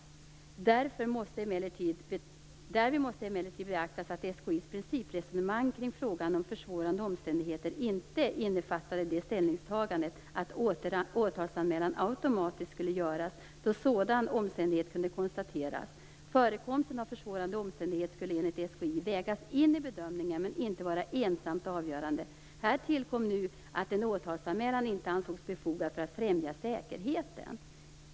Därvid måste emellertid beaktas att SKI:s principresonemang kring frågan om 'försvårande omständigheter' inte innefattade det ställningstagandet, att åtalsanmälan automatiskt skulle göras, då sådan omständighet kunnat konstateras. Förekomsten av 'försvårande omständighet' skulle enligt SKI 'vägas in' i bedömningen men inte vara ensamt avgörande. Här tillkom nu att en åtalsanmälan inte ansågs befogad för att främja säkerheten.